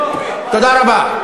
תודה רבה.